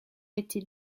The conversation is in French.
été